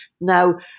Now